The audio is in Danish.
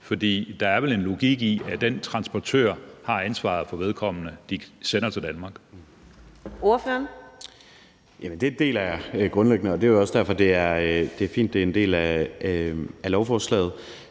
For der er vel en logik i, at den transportør har ansvaret for vedkommende, de sender til Danmark.